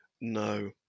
No